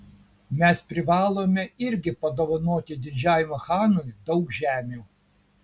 mes privalome irgi padovanoti didžiajam chanui daug žemių